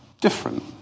different